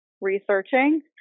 researching